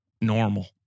Normal